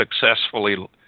successfully